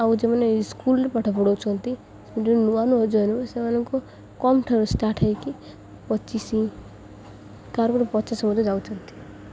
ଆଉ ଯେଉଁମାନେ ସ୍କୁଲରେ ପାଠ ପଢ଼ାଉଛନ୍ତି ନୂଆ ନୂଆ ଜଏନ୍ ସେମାନଙ୍କୁ କମ୍ ଠାରୁ ଷ୍ଟାର୍ଟ ହେଇକି ପଚିଶ ପଚାଶ ମଧ୍ୟ ଯାଉଛନ୍ତି